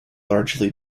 largely